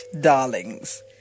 darlings